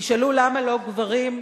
תשאלו, למה לא גברים?